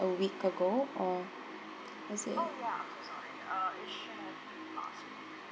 a week ago or was it